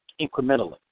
incrementally